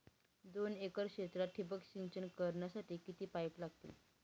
दोन एकर क्षेत्रात ठिबक सिंचन करण्यासाठी किती पाईप लागतील?